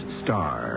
star